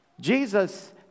Jesus